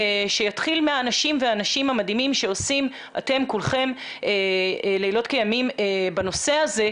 שיתחיל מהאנשים המדהימים שעושים אתם כולכם לילות כימים בנושא הזה,